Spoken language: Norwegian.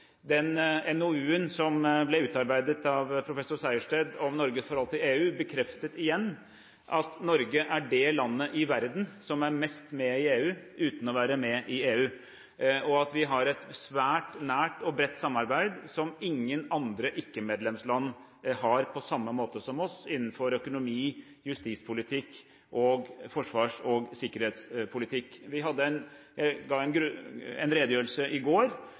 Den NOU-en som ble utarbeidet av professor Sejersted om Norges forhold til EU, bekreftet igjen at Norge er det landet i verden som er mest med i EU uten å være med i EU, og at vi har et svært nært og bredt samarbeid, som ingen andre ikke-medlemsland har på samme måte som oss, innenfor økonomi, justispolitikk og forsvars- og sikkerhetspolitikk. Vi ga en redegjørelse i går